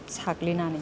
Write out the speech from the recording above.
साग्लिनानै